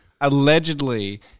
allegedly